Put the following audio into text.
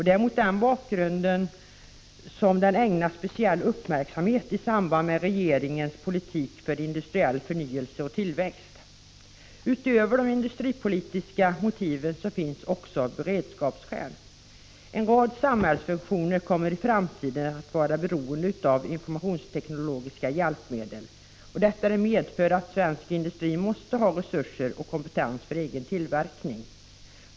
Det är mot den bakgrunden som denna industri ägnas speciell uppmärksamhet i samband med regeringens politik för industriell förnyelse och tillväxt. Utöver de industripolitiska motiven finns det också beredskapsskäl. En rad samhällsfunktioner kommer i framtiden att vara beroende av informationsteknologiska hjälpmedel. Detta medför att svensk industri måste ha resurser och kompetens för egen tillverkning.